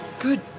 good